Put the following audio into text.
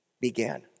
began